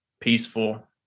peaceful